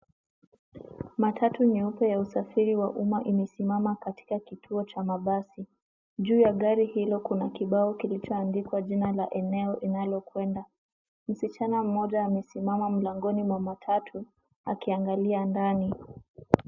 Matatu nyeupe ya usafiri wa umma imesimama katika kituo cha mabasi. Juu ya gari hilo kuna kibao kilichoandikwa jina la eneo inalokwenda. Msichana mmoja amesimama mlangoni mwa matatu, akiangalia ndani.